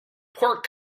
pork